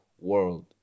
world